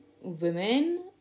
women